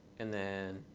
and then